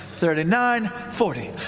thirty nine, forty.